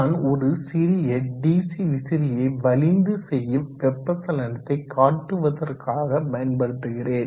நான் ஒரு சிறிய டிசி விசிறியை வலிந்து செய்யும் வெப்ப சலனத்தை காட்டுவதற்காக பயன்படுத்துகிறேன்